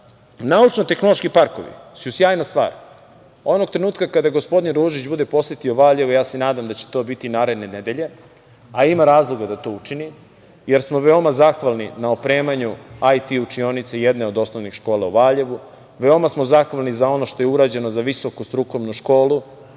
razmislite. Naučno-tehnološki parkovi su sjajna stvar. Onog trenutka kada gospodin Ružić bude posetio Valjevo, a ja se nadam da će to biti naredne nedelje, a ima razloga da to učini, jer smo veoma zahvalni na opremanju IT učionica jedne od osnovnih škola u Valjevu, veoma smo zahvalni za ono što je urađeno za Visoku strukovnu školu,